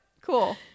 cool